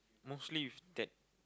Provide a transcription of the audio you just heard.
mostly with that